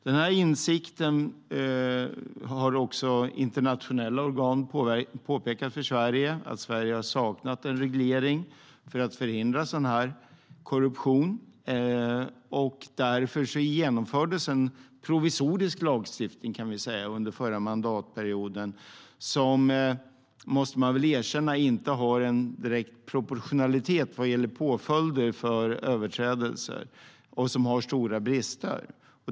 Den här insikten har också internationella organ, som har påpekat för Sverige att Sverige har saknat en reglering för att förhindra sådan här korruption. Därför genomfördes en provisorisk lagstiftning, kan man väl säga, under förra mandatperioden. Den har inte en direkt proportionalitet vad gäller påföljder för överträdelser, måste man väl erkänna, och den har stora brister.